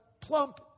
plump